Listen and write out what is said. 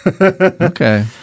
Okay